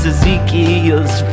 Ezekiel's